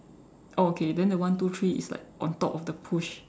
oh okay then the one two three is like on top of the push